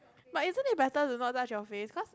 but isn't it better to not touch your face cause